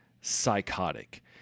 psychotic